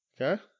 okay